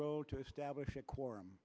road to establish a quorum